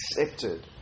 accepted